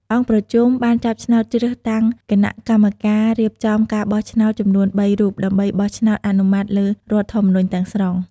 អង្គប្រជុំបានចាប់ឆ្នោតជ្រើសតាំងគណៈកម្មការរៀបចំការបោះឆ្នោតចំនួនបីរូប ដើម្បីបោះឆ្នោតអនុម័តលើរដ្ឋធម្មនុញ្ញទាំងស្រុង។